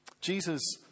Jesus